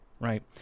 right